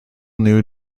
new